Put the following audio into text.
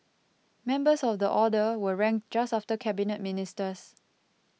members of the order were ranked just after Cabinet Ministers